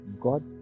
God